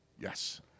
Yes